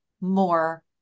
more